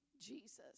Jesus